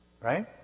right